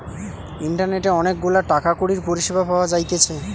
ইন্টারনেটে অনেক গুলা টাকা কড়ির পরিষেবা পাওয়া যাইতেছে